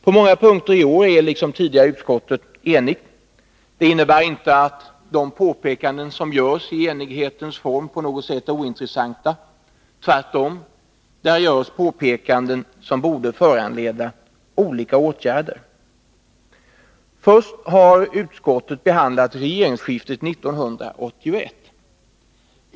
På många punkter i år är liksom tidigare utskottet enigt. Det innebär inte att de påpekanden som görs i enighetens form på något sätt är ointressanta. Tvärtom, där görs påpekanden som borde föranleda olika åtgärder. Först har utskottet behandlat regeringsskiftet 1981.